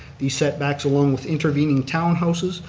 these setbacks, along with intervening townhouses,